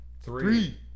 Three